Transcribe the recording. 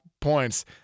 points –